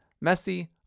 messy